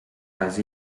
les